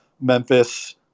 Memphis